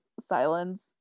silence